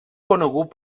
conegut